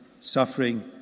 suffering